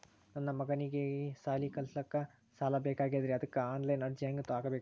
ನನ್ನ ಮಗನಿಗಿ ಸಾಲಿ ಕಲಿಲಕ್ಕ ಸಾಲ ಬೇಕಾಗ್ಯದ್ರಿ ಅದಕ್ಕ ಆನ್ ಲೈನ್ ಅರ್ಜಿ ಹೆಂಗ ಹಾಕಬೇಕ್ರಿ?